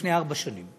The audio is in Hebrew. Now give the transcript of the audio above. לפני ארבע שנים,